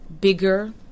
bigger